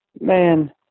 man